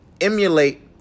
emulate